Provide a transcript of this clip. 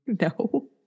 No